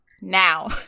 now